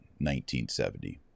1970